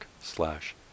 slash